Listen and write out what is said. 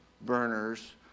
burners